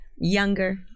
younger